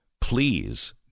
please